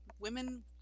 women